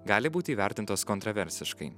gali būti įvertintos kontroversiškai